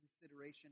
consideration